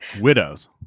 Widows